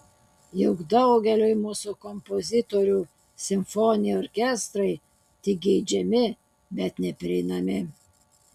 juk daugeliui mūsų kompozitorių simfoniniai orkestrai tik geidžiami bet neprieinami